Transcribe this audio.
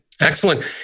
Excellent